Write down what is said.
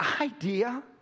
idea